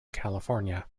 california